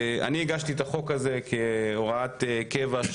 אני הגשתי את החוק הזה כהוראת קבע,